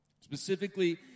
specifically